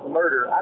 murder